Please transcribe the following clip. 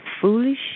foolish